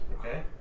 Okay